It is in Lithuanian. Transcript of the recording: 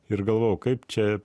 ir galvojau kaip čia